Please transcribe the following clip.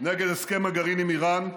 נגד הסכם הגרעין עם איראן,